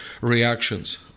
reactions